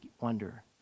wonder